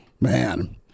Man